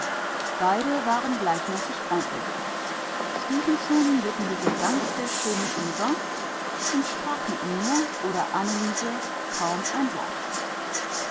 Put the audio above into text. beide waren gleichmäßig freundlich stefenson widmete sich ganz der schönen eva und sprach mit mir oder anneliese kaum ein wort